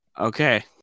okay